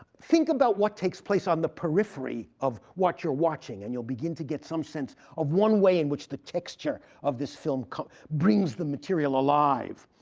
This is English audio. think about what takes place on the periphery of what you're watching, and you'll begin to get some sense of one way in which the texture of this film brings the material alive.